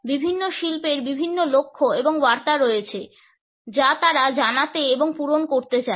বিভিন্ন শিল্পের বিভিন্ন লক্ষ্য এবং বার্তা রয়েছে যা তারা জানাতে এবং পূরণ করতে চায়